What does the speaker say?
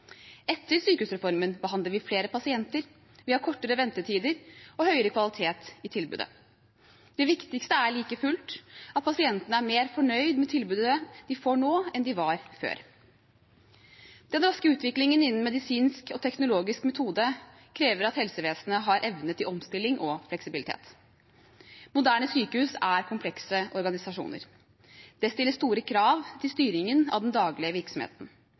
Etter sykehusreformen behandler vi flere pasienter, vi har kortere ventetider og høyere kvalitet i tilbudet. Det viktigste er like fullt at pasientene er mer fornøyd med tilbudet de får nå, enn de var før. Den raske utviklingen innen medisinsk og teknologisk metode krever at helsevesenet har evne til omstilling og fleksibilitet. Moderne sykehus er komplekse organisasjoner. Det stiller store krav til styringen av den daglige virksomheten.